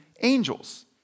angels